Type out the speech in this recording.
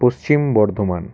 Paschim Bardhaman